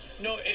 No